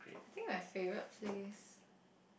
I think my favourite place